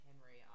Henry